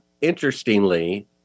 interestingly